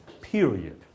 period